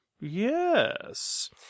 Yes